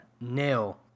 nil